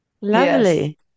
Lovely